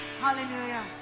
hallelujah